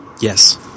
yes